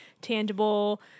tangible